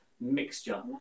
mixture